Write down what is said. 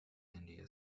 india